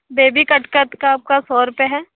baby cut का आपका सौ रूपए है